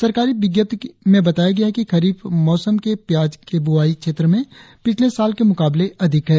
सरकारी विज्ञप्ति के अनुसार बताया गया है कि खरीफ मौसम के प्याज के बुआई क्षेत्र में पिछले साल के मुकाबले अधिक है